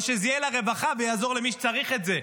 או שזה יהיה לרווחה ויעזור למי שצריך את זה?